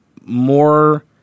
more